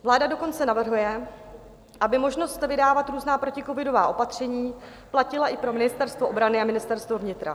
Vláda dokonce navrhuje, aby možnost vydávat různá proticovidová opatření platila i pro Ministerstvo obrany a Ministerstvo vnitra.